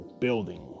building